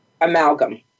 amalgam